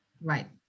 Right